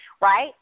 right